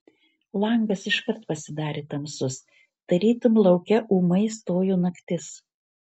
langas iškart pasidarė tamsus tarytum lauke ūmai stojo naktis